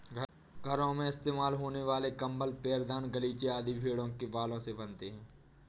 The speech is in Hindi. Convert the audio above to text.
घरों में इस्तेमाल होने वाले कंबल पैरदान गलीचे आदि भेड़ों के बालों से बनते हैं